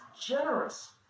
generous